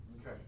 okay